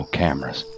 cameras